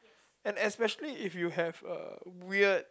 and especially if you have uh weird